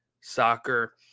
soccer